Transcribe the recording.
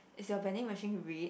is your vending machine red